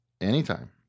Anytime